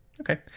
Okay